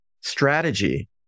strategy